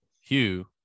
Hugh